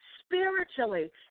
spiritually